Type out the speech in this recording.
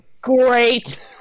great